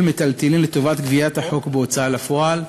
מיטלטלין לטובת גביית החוב בהוצאה לפועל,